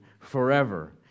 forever